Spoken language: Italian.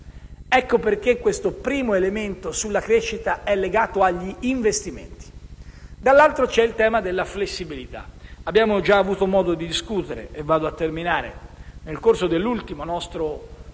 Ecco perché questo primo elemento sulla crescita è legato agli investimenti. Dall'altro lato c'è il tema della flessibilità. Abbiamo già avuto modo di discutere - e vado a terminare - nel corso del nostro